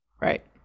Right